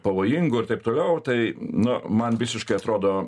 pavojingu ir taip toliau tai na man visiškai atrodo